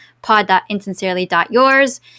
pod.insincerely.yours